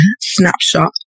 snapshot